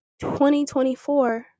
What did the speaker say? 2024